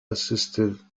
assistive